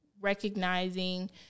recognizing